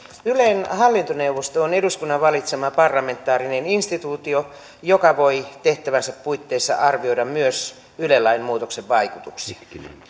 ylen hallintoneuvosto on eduskunnan valitsema parlamentaarinen instituutio joka voi tehtävänsä puitteissa arvioida myös yle lain muutoksen vaikutuksia